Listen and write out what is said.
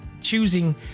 choosing